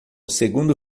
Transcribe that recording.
segundo